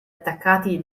attaccati